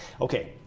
okay